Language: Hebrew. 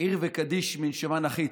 "עיר וקדיש מן שמיא נָחִת",